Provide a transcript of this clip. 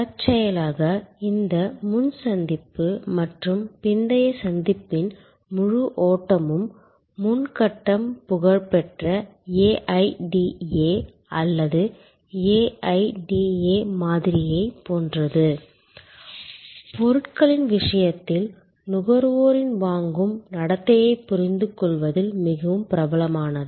தற்செயலாக இந்த முன் சந்திப்பு மற்றும் பிந்தைய சந்திப்பின் முழு ஓட்டமும் முன் கட்டம் புகழ்பெற்ற AIDA அல்லது AIDA மாதிரியைப் போன்றது பொருட்களின் விஷயத்தில் நுகர்வோரின் வாங்கும் நடத்தையைப் புரிந்துகொள்வதில் மிகவும் பிரபலமானது